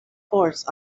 force